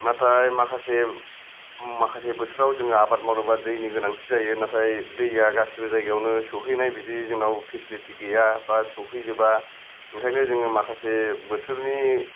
नाथाय माखासे माखासे बोथोराव जोङो आबाद मावनोब्ला दैनि गोनांथि जायो नाथाय दैया गासिबो जायगायावनो सहैनाय बिदि जोंनाव फेसिलिटि गैया एबा सहैजोबा ओंखायनो जोङो माखासे बोथोरनि